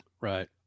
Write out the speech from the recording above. Right